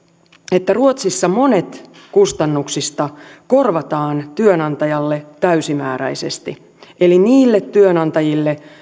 että ruotsissa monet kustannuksista korvataan työnantajalle täysimääräisesti eli niille työnantajille